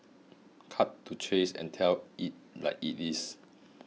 cuts to chase and tells it like it is